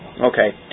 Okay